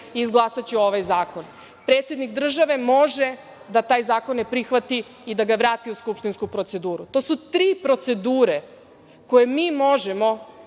i izglasaću ovaj zakon, predsednik države može da taj zakon ne prihvati i da ga vrati u skupštinsku proceduru. To su tri procedure koje mi možemo